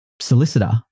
solicitor